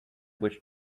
which